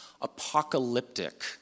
apocalyptic